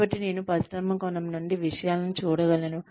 కాబట్టి నేను పరిశ్రమ కోణం నుండి విషయాలను చూడగలను